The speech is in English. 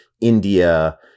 India